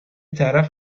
طرف